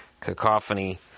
cacophony